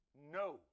no